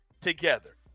together